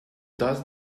does